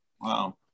wow